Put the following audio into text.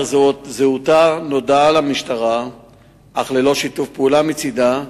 אשר זהותה נודעה למשטרה אך ללא שיתוף פעולה מצדה,